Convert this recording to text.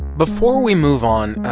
before we move on,